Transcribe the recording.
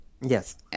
yes